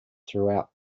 throughout